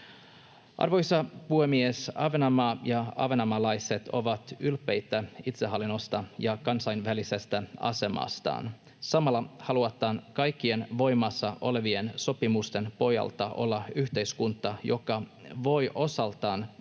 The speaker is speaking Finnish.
Arvoisa puhemies! Ahvenanmaa ja ahvenanmaalaiset ovat ylpeitä itsehallinnosta ja kansainvälisestä asemastaan. Samalla halutaan kaikkien voimassa olevien sopimusten pohjalta olla yhteiskunta, joka voi osaltaan